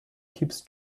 keeps